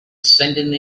sending